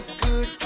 good